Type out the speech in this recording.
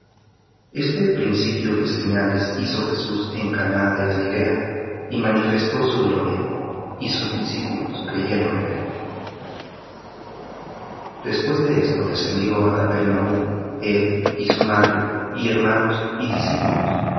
este principio de señales hizo jesús en caná de galilea y manifestó su gloria y sus discípulos creyeron en él después de esto descendió á capernaum él y su madre y hermanos y discípulos